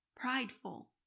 prideful